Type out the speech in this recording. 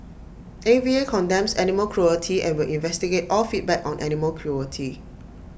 A V A condemns animal cruelty and will investigate all feedback on animal cruelty